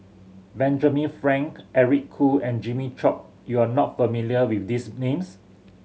Benjamin Frank Eric Khoo and Jimmy Chok you are not familiar with these names